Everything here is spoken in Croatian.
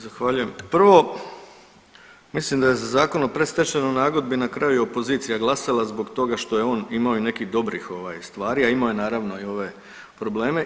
Zahvaljujem, prvo mislim da je za Zakon o predstečajnoj nagodbi na kraju opozicija glasa zbog toga što je on imamo i nekih dobrih ovaj stvari, a imao je naravno i ove probleme.